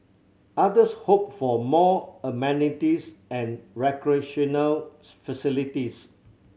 others hoped for more amenities and recreational facilities